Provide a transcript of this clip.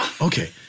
okay